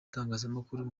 itangazamakuru